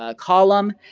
ah column.